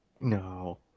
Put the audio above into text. No